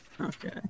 okay